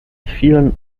vielen